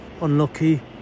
Unlucky